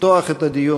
לפתוח את הדיון.